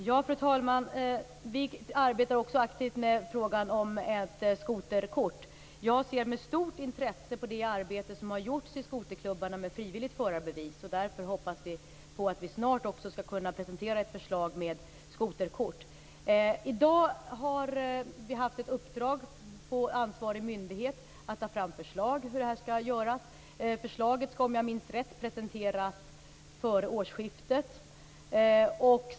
Fru talman! Vi arbetar aktivt med frågan om ett skoterkort. Jag ser med stort intresse på det arbete som har gjorts i skoterklubbarna med frivilligt förarbevis. Därför hoppas vi på att vi snart skall kunna presentera ett förslag med skoterkort. Nu har vi haft ett uppdrag på ansvarig myndighet att ta fram förslag för hur det här skall göras. Förslaget kommer, om jag minns rätt, att presenteras före årsskiftet.